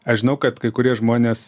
aš žinau kad kai kurie žmonės